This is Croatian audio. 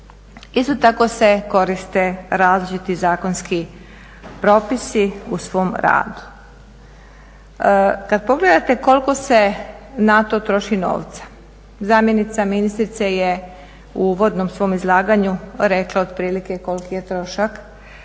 Isto tako se koriste različiti zakonski propisi u svom radu. Kad pogledate koliko se na to troši novca, zamjenica ministrice je u uvodnom svom izlaganju rekla otprilike koliki je trošak,